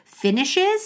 finishes